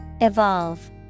Evolve